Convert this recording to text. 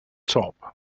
top